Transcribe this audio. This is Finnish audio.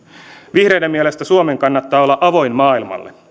vihreiden mielestä suomen kannattaa olla avoin maailmalle